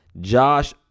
Josh